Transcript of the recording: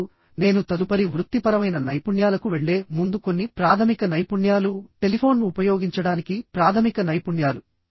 ఇప్పుడు నేను తదుపరి వృత్తిపరమైన నైపుణ్యాలకు వెళ్ళే ముందు కొన్ని ప్రాథమిక నైపుణ్యాలుటెలిఫోన్ ఉపయోగించడానికి ప్రాథమిక నైపుణ్యాలు